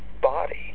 body